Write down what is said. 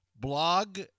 blog